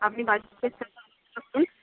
আপনি বাড়ির